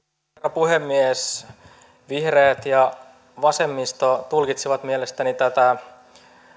puhemies vihreät ja vasemmisto tulkitsevat mielestäni tätä